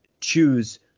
choose